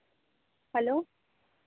hello